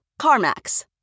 CarMax